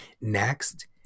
Next